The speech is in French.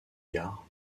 gares